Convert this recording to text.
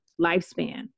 lifespan